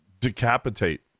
decapitate